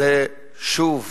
זה שוב